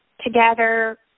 together